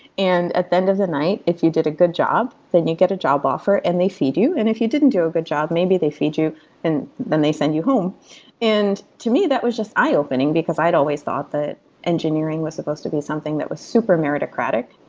and at the end of the night if you did a good job, then you get a job offer and they feed you. and if you didn't do a good job, maybe they feed you and then they send you home and to me, that was just eye-opening, because i had always thought that engineering was supposed to be something that was super meritocratic.